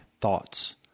thoughts